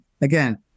again